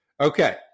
Okay